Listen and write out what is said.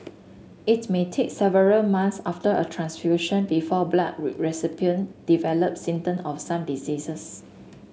it may take several months after a transfusion before blood recipient develop symptom of some diseases